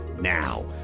now